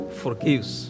forgives